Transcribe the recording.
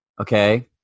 okay